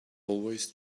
always